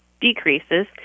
decreases